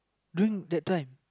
during that time